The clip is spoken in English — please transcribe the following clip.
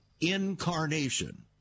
incarnation